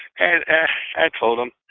and i told him.